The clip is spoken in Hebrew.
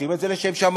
עושים את זה לשם שמים,